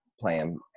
playing